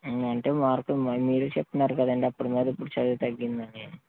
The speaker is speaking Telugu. ఉ అంటే మార్కులు మీరే చెప్తున్నారు కదా అండి అప్పుడు మీద ఇప్పుడు చదువు తగ్గింది అని